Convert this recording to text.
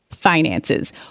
Finances